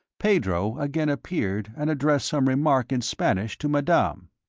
pedro again appeared and addressed some remark in spanish to madame.